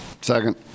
Second